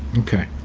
okay,